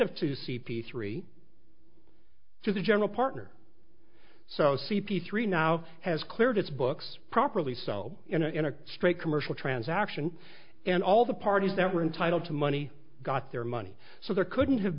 of two c p three to the general partner so c p three now has cleared its books properly so in a straight commercial transaction and all the parties that were entitled to money got their money so there couldn't have